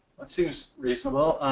that seems reasonable.